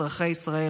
אזרחי ישראל,